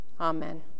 Amen